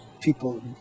people